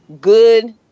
good